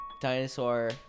dinosaur